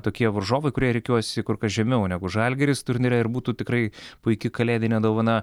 tokie varžovai kurie rikiuojasi kur kas žemiau negu žalgiris turnyre ir būtų tikrai puiki kalėdinė dovana